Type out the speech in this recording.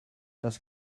das